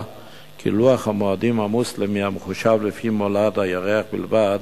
שלוח המועדים העמוס והמחושב לפי מולד הירח בלבד